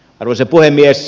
arvoisa puhemies